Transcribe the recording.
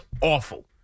awful